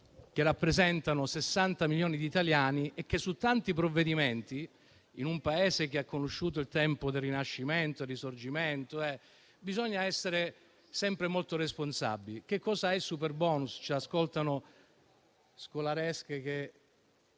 che rappresentano 60 milioni di italiani e su tanti provvedimenti, in un Paese che ha conosciuto il tempo del Rinascimento e del Risorgimento, bisogna essere sempre molto responsabili. Che cosa è il superbonus? Ci ascoltano anche delle